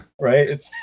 right